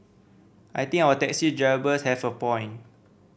I think our taxi drivers have a point